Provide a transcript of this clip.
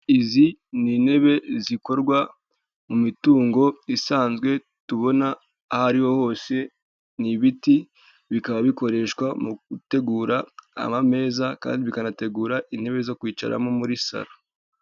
Izi ni intebe zikorwa mu mitungo isanzwe tubona aho ari ho hose, ni ibiti, bikaba bikoreshwa mu gutegura amameza kandi bikanategura intebe zo kwicaramo muri salo.